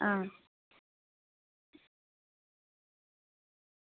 आं